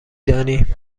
دانی